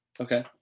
Okay